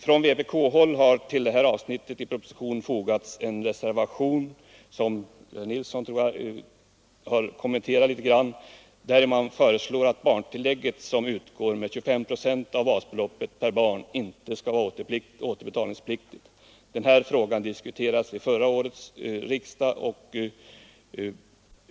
Från vpk-håll har till detta avsnitt i propositionen väckts en motion som följs upp i en reservation som herr Nilsson i Kristianstad har kommenterat. I motionen föreslås att barntillägget, som utgår med 25 procent av basbeloppet per barn, skall vara icke återbetalningspliktigt. Den här frågan diskuterades vid förra årets riksdag.